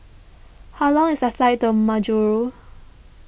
how long is the flight to Majuro